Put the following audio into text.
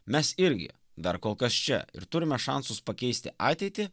mes irgi dar kol kas čia ir turime šansus pakeisti ateitį